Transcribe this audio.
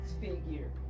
figure